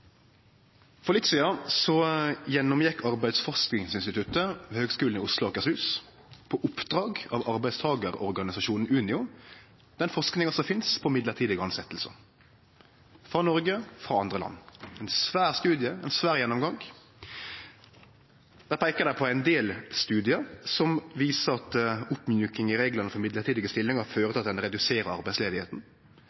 For litt sidan gjekk Arbeidsforskningsinstituttet ved Høgskolen i Oslo og Akershus, på oppdrag frå arbeidstakarorganisasjonen Unio, gjennom den forskinga som finst – frå Noreg og frå andre land – på temaet «mellombelse tilsetjingar». Det var ein svær studie og ein svær gjennomgang. Der peika dei på ein del studiar som viser at oppmjuking av reglane for mellombelse stillingar